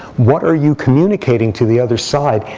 what are you communicating to the other side?